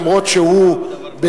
אף שהוא ברווחה,